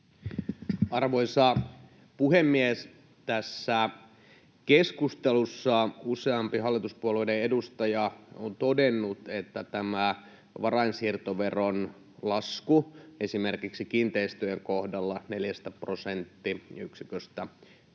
Arvoisa puhemies! Tässä keskustelussa useampi hallituspuolueen edustaja on todennut, että tämä varainsiirtoveron lasku esimerkiksi kiinteistöjen kohdalla neljästä prosenttiyksiköstä kolmeen on